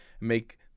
make